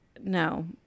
no